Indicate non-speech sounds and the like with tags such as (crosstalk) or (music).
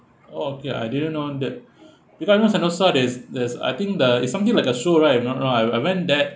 oh okay I didn't know that (breath) because I know sentosa there's there's I think the is something like a show right if not wrong I've I went there